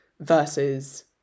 versus